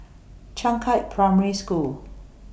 Changkat Primary School